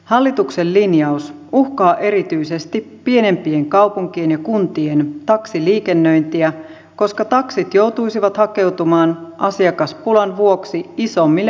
hallituksen linjaus uhkaa erityisesti pienempien kaupunkien ja kuntien taksiliikennöintiä koska taksit joutuisivat hakeutumaan asiakaspulan vuoksi isommille paikkakunnille